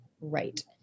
right